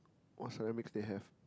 what ceramics they have